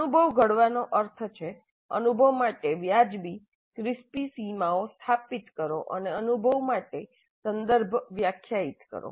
અનુભવ ઘડવાનો અર્થ છે અનુભવ માટે વ્યાજબી ક્રિસ્પી સીમાઓ સ્થાપિત કરો અને અનુભવ માટે સંદર્ભ વ્યાખ્યાયિત કરો